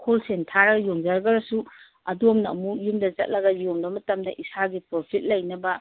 wholesale ꯊꯥꯔꯒ ꯌꯣꯟꯖꯒ꯭ꯔꯁꯨ ꯑꯗꯣꯝꯅ ꯑꯃꯨꯛ ꯌꯨꯝꯗ ꯆꯠꯂꯒ ꯌꯣꯟꯕ ꯃꯇꯝꯗ ꯏꯁꯥꯒꯤ ꯄ꯭ꯔꯣꯐꯤꯠ ꯂꯩꯅꯕ